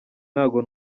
ntago